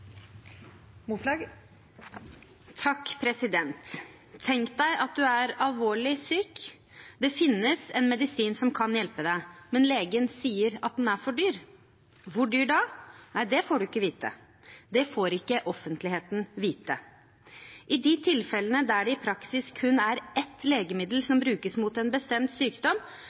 alvorlig syk, og det finnes en medisin som kan hjelpe deg, men legen sier at den er for dyr. Hvor dyr? Nei, det får du ikke vite – det får ikke offentligheten vite. I de tilfellene der det i praksis er kun ett legemiddel som brukes mot en bestemt sykdom,